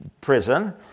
prison